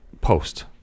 Post